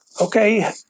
okay